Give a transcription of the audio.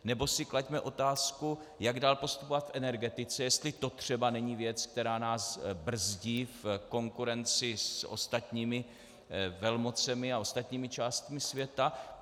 Nebo si klaďme otázku, jak dál postupovat v energetice, jestli to třeba není věc, která nás brzdí v konkurenci s ostatními velmocemi a ostatními částmi světa.